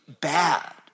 bad